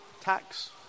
tax